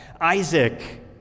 Isaac